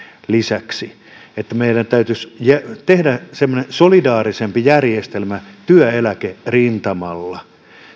lisäksi meidän täytyisi tehdä semmoinen solidaarisempi järjestelmä työeläkerintamalla